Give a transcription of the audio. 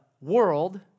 world